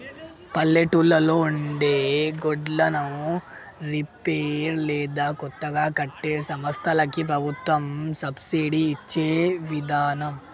పల్లెటూళ్లలో ఉండే గోడన్లను రిపేర్ లేదా కొత్తగా కట్టే సంస్థలకి ప్రభుత్వం సబ్సిడి ఇచ్చే విదానం